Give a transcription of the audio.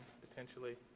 potentially